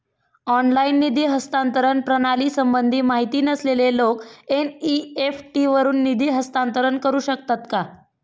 Online निधी हस्तांतरण प्रणालीसंबंधी माहिती नसलेले लोक एन.इ.एफ.टी वरून निधी हस्तांतरण करू शकतात का?